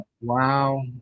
Wow